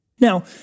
Now